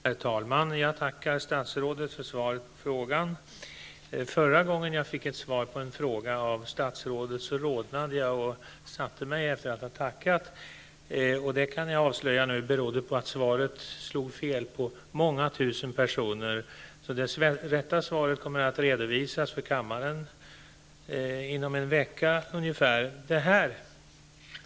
Herr talman! Jag tackar statsrådet för svaret på frågan. Förra gången jag fick ett svar på en fråga från statsrådet rodnade jag och satte mig efter att ha tackat för svaret. Det berodde på att svaret slog fel på många tusen personer. Det rätta svaret kommer att redovisas för kammaren om någon vecka.